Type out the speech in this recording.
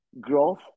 growth